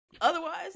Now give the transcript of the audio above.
otherwise